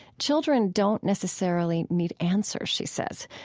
children don't necessarily need answers, she says.